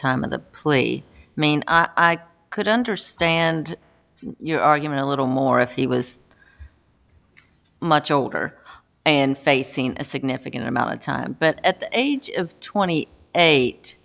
time of the plea i mean i could understand your argument a little more if he was much older and facing a significant amount of time but at the age of twenty eight